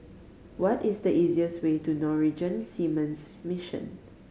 what is the easiest way to Norwegian Seamen's Mission